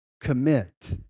commit